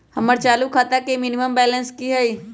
हमर चालू खाता के मिनिमम बैलेंस कि हई?